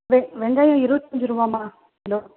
வெ வெங்காயம் இருபத்தஞ்சி ரூவாம்மா கிலோ